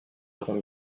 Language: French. seront